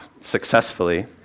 successfully